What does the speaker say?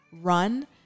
run